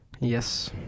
Yes